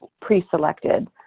pre-selected